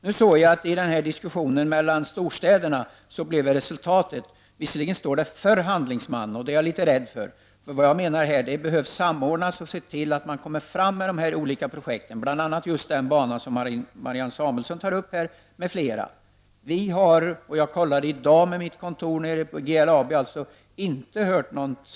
Nu såg jag att det i diskussionen när det gäller storstäderna blev det resultatet. Det står visserligen förhandlingsman, och det är jag litet rädd för. Jag menar att det behövs samordning och man behöver se till att man kommer fram med olika projekt, bl.a. när det gäller den bana som Marianne Samuelsson tog upp. Vi har i dag ännu inte fått något svar på den frågan. Jag kontrollerade i dag med mitt kontor, GLAB.